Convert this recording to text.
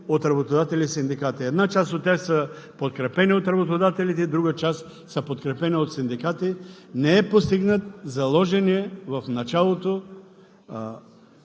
от работодатели и синдикати. Една част от тях са подкрепени от работодателите, друга част са подкрепени от синдикати. Не е постигнат заложеният в началото